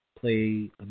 play